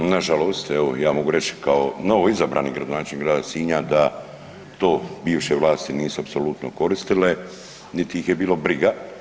Na žalost evo ja mogu reći kao novoizabrani gradonačelnik Grada Sinja da to bivše vlasti nisu apsolutno koristile niti ih je bilo briga.